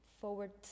forward